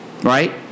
Right